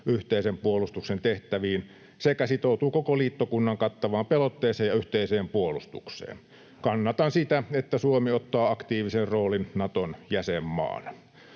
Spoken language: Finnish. yhteisen puolustuksen tehtäviin, sekä sitoutuu koko liittokunnan kattavaan pelotteeseen ja yhteiseen puolustukseen. Kannatan sitä, että Suomi ottaa aktiivisen roolin Naton jäsenmaana.